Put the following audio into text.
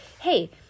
Hey